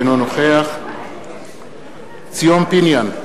אינו נוכח ציון פיניאן,